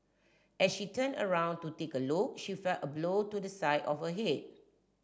as she turned around to take a look she felt a blow to the side of her head